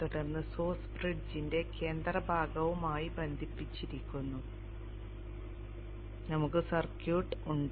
തുടർന്ന് സോഴ്സ് ബ്രിഡ്ജിന്റെ കേന്ദ്ര ഭാഗവുമായി ബന്ധിപ്പിച്ചിരിക്കുന്നു നമുക്ക് സർക്യൂട്ട് ഉണ്ട്